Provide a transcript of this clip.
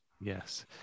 Yes